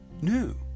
new